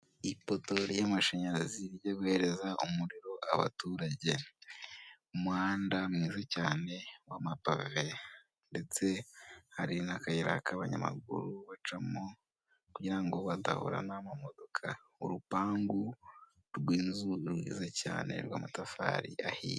Ipoto y'amashanyarazi ryohereza umuriro abaturage, umuhanda mwiza cyane wa mapave ndetse hari n'akayira k'abanyamaguru bacamo kugira badahura n'amamodoka, urupangu rw'inzu rwiza cyane rw'amatafari ahiye.